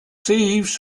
thieves